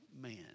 man